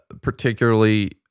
particularly